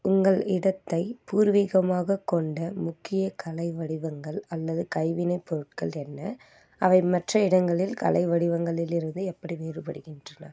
உங்கள் இடத்தை பூர்வீகமாக கொண்ட முக்கிய கலை வடிவங்கள் அல்லது கைவினைப்பொருட்கள் என்ன அவை மற்ற இடங்களில் கலை வடிவங்களில் இருந்து எப்படி வேறுபடுகின்றன